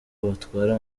batwara